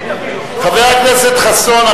חבר הכנסת חסון,